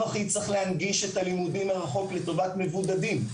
הכי צריך להנגיש את הלימודים מרחוק לטובת מבודדים.